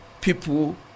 people